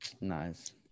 Nice